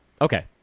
Okay